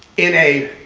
in a